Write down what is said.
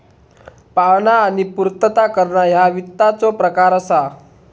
पाहणा आणि पूर्तता करणा ह्या वित्ताचो प्रकार असा